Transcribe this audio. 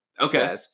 Okay